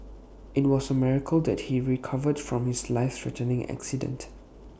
IT was A miracle that he recovered from his life threatening accident